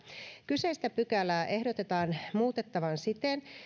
kyseistä pykälää ehdotetaan muutettavan siten